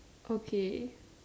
okay